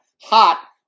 Hot